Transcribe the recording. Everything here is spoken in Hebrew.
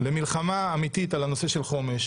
למלחמה האמיתית על הנושא של חומש,